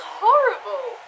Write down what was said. horrible